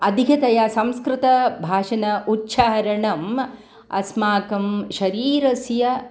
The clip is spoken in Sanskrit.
अधिकतया संस्कृतभाषणम् उच्चारणम् अस्माकं शरीरस्य